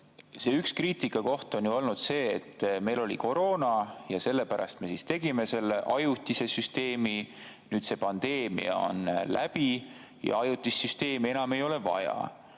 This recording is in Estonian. Üks kriitikakoht on olnud see, et meil oli koroona ja sellepärast me tegime selle ajutise süsteemi. Nüüd see pandeemia on läbi ja ajutist süsteemi enam ei ole vaja.